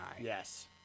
Yes